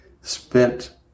spent